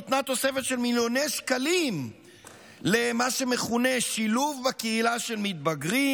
ניתנה תוספת של מיליוני שקלים למה שמכונה "שילוב בקהילה של מתבגרים",